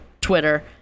twitter